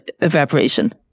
evaporation